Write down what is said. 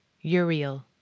Uriel